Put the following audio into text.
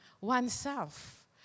oneself